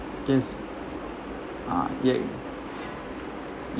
yes uh